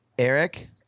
Eric